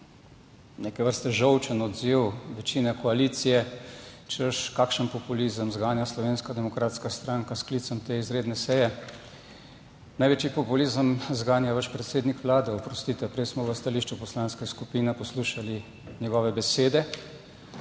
neke vrste žolčen odziv večine koalicije, češ kakšen populizem zganja Slovenska demokratska stranka s sklicem te izredne seje. Največji populizem zganja vaš predsednik Vlade, oprostite, prej smo v stališču poslanske skupine poslušali njegove besede